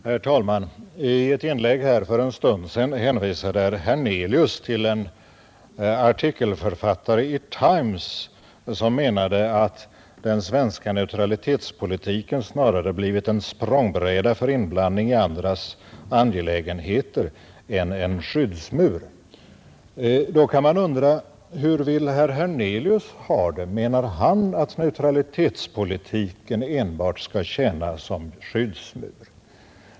Herr talman! I ett inlägg för en stund sedan hänvisade herr Hernelius till en artikelförfattare i Times som menade att den svenska neutralitetspolitiken snarare blivit en språngbräda för inblandning i andras angelägenheter än en skyddsmur. Då kan man undra: Hur vill herr Hernelius ha det? Menar han att neutralitetspolitiken enbart skall tjäna som skyddsmur?